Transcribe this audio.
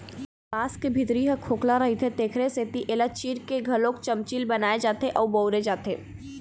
बांस के भीतरी ह खोखला रहिथे तेखरे सेती एला चीर के घलोक चमचील बनाए जाथे अउ बउरे जाथे